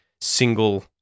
single